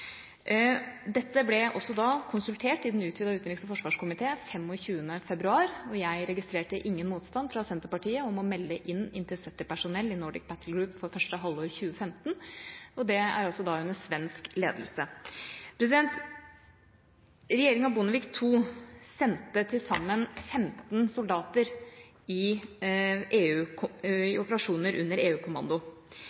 Dette ble også konsultert i den utvidede utenriks- og forsvarskomiteen 25. februar. Jeg registrerte ingen motstand fra Senterpartiet om å melde inn inntil 70 personell i Nordic Battle Group for første halvår 2015. Det er under svensk ledelse. Regjeringa Bondevik II sendte til sammen 15 soldater i